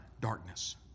darkness